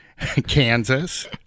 Kansas